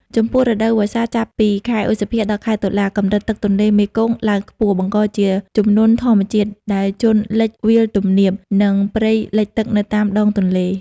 ចំពោះ រដូវវស្សា ចាប់ពីខែឧសភា ដល់ ខែតុលា កម្រិតទឹកទន្លេមេគង្គឡើងខ្ពស់ បង្កជាជំនន់ធម្មជាតិ ដែលជន់លិចវាលទំនាប និងព្រៃលិចទឹកនៅតាមដងទន្លេ។